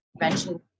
prevention